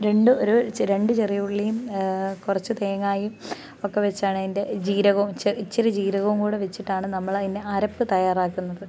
രണ്ട് ഒരു രണ്ട് ചെറിയുള്ളിയും കുറച്ച് തേങ്ങായും ഒക്കെ വച്ചാണ് അതിൻ്റെ ജീരകവും ഇച്ചിരി ജീരകവും കൂടെ വച്ചിട്ടാണ് നമ്മൾ അതിനെ അരപ്പ് തയാറാക്കുന്നത്